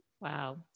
Wow